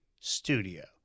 studio